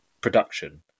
production